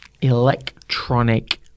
Electronic